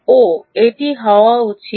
ওহ এটি হওয়া উচিত